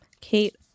Kate